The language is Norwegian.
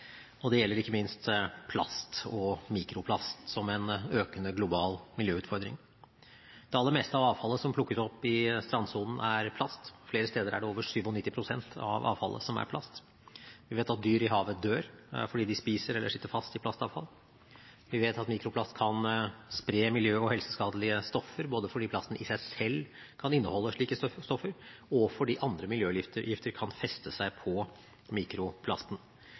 forsøpling. Det gjelder ikke minst plast og mikroplast som en økende global miljøutfordring. Det aller meste av avfallet som plukkes opp i strandsonen, er plast – flere steder er over 97 pst. av avfallet plast. Vi vet at dyr i havet dør fordi de spiser eller sitter fast i plastavfall. Vi vet at mikroplast kan spre miljø- og helseskadelige stoffer, både fordi plasten i seg selv kan inneholde slike stoffer, og fordi andre miljøgifter kan feste seg på mikroplasten.